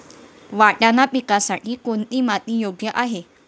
वाटाणा पिकासाठी कोणती माती योग्य आहे?